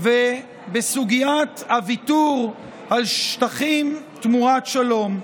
ובסוגיית הוויתור על שטחים תמורת שלום.